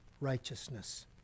righteousness